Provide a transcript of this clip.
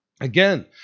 Again